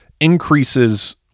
increases